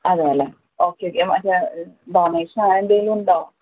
അതെ അല്ലെ ഒക്കെ ഒക്കെ മറ്റേ ഡൊണേഷൻ അങ്ങനെ എന്തെങ്കിലും ഉണ്ടോ